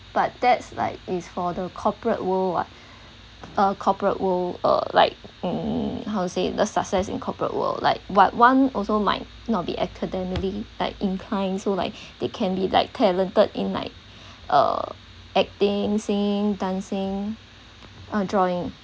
but that's like is for the corporate world [what] a corporate world uh like mm how to say the success in corporate world like what one also might not be academically like inclined so like they can be like talented in like uh acting singing dancing uh drawing